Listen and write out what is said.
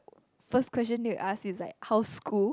first question that you ask is like how's school